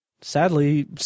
sadly